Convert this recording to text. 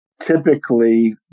Typically